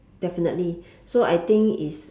definitely so I think is